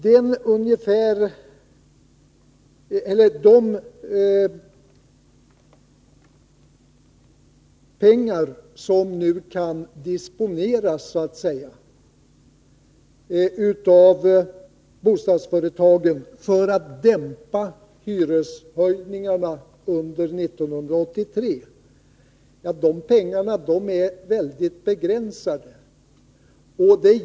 De pengar som nu kan disponeras av bostadsföretagen för att dämpa hyreshöjningarna under 1983 är väldigt begränsade.